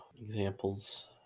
examples